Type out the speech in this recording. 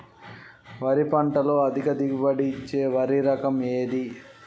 వరి పంట లో అధిక దిగుబడి ఇచ్చే వరి రకం ఏది?